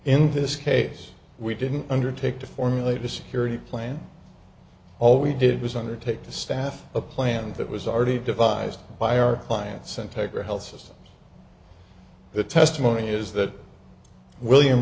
in this case we didn't undertake to formulate a security plan all we did was undertake to staff a plan that was already devised by our clients integra health systems the testimony is that william